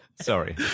Sorry